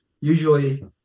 usually